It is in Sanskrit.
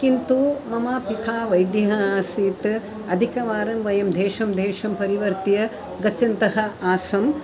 किन्तु मम पिता वैद्यः आसीत् अधिकवारं वयं देशं देशं परिवर्त्य गच्छन्तः आसम्